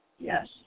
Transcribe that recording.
Yes